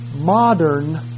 modern